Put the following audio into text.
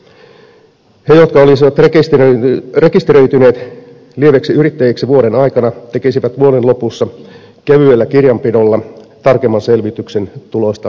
he jotka olisivat rekisteröityneet lieviksi yrittäjiksi vuoden aikana tekisivät vuoden lopussa kevyellä kirjanpidolla tarkemman selvityksen tuloistaan verottajalle